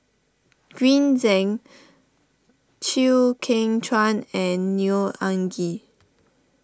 Green Zeng Chew Kheng Chuan and Neo Anngee